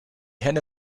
henne